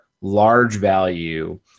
large-value